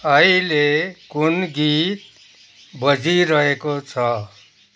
अहिले कुन गीत बजिरहेको छ